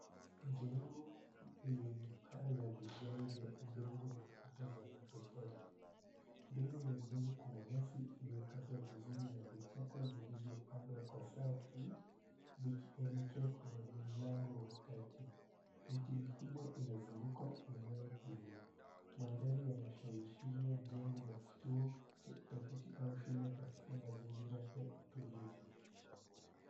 Jengo lenye paa la vigae vya udongo na kuta za matofali. Mbele ya jengo kuna nyasi iliyokatwa vizuri na vichaka vilivyopandwa kwa safu vikielekea kwenye lango wa kati. Miti mikubwa inazungukwa eneo hili. Mandhari yanaashiria jengo la kituo cha utafiti au shule katika mazingira ya utulivu.